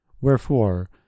Wherefore